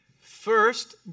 first